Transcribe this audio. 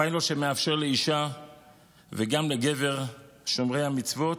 פיילוט שמאפשר לאישה וגם לגבר שומרי המצוות,